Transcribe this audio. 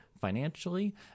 financially